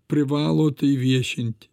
privalo tai viešinti